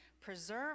preserve